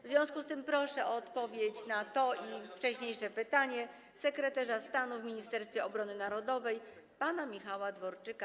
W związku z tym proszę o odpowiedź na to i wcześniejsze pytania sekretarza stanu w Ministerstwie Obrony Narodowej pana Michała Dworczyka.